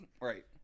Right